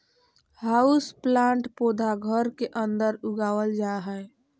houseplant पौधा घर के अंदर उगावल जा हय